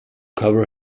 cover